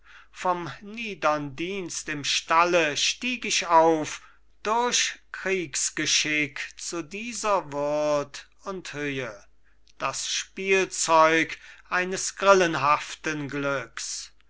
vom niedern dienst im stalle stieg ich auf durch kriegsgeschick zu dieser würd und höhe das spielzeug eines grillenhaften glücks